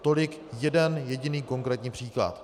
Tolik jeden jediný konkrétní příklad.